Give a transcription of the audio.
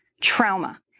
trauma